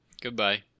Goodbye